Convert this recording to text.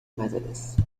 مدارس